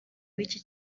w’iki